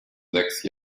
sechs